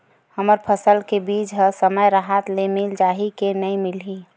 हमर फसल के बीज ह समय राहत ले मिल जाही के नी मिलही?